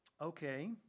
Okay